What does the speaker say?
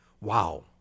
Wow